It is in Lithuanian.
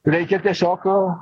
reikia tiesiog